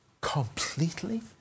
completely